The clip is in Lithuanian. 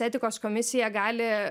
etikos komisija gali